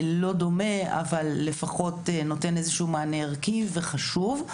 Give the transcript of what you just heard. לא דומה אבל לפחות נותן איזשהו מענה ערכי וחשוב.